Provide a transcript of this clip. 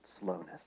slowness